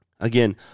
again